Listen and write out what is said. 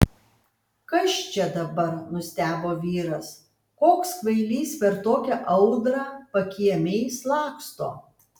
kas čia dabar nustebo vyras koks kvailys per tokią audrą pakiemiais laksto